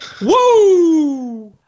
Woo